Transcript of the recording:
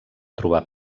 trobar